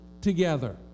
together